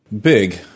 Big